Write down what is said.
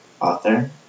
author